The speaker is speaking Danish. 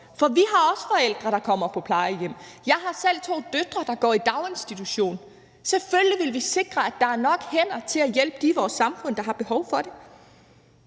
For vi har også forældre, der kommer på plejehjem. Jeg har selv to døtre, der går i daginstitution. Selvfølgelig vil vi sikre, at der er nok hænder til at hjælpe dem i vores samfund, der har behov for det.